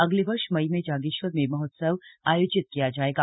अगले वर्ष मई में जागेश्वर में महोत्सव आयोजित किया जाएगा